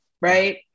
right